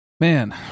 man